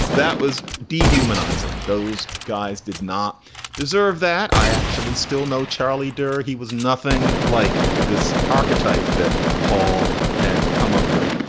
that was dehumanizing. those guys did not deserve that. i actually still know charlie does. he was nothing like this archetype that paul had come up with.